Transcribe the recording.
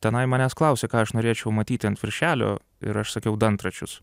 tenai manęs klausė ką aš norėčiau matyti ant viršelio ir aš sakiau dantračius